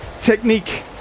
technique